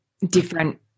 different